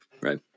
right